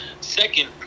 second